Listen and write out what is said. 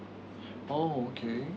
oh okay